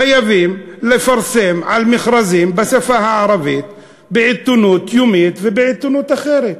חייבים לפרסם מכרזים בשפה הערבית בעיתונות יומית ובעיתונות אחרת.